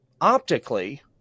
optically